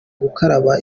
gukaraba